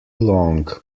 long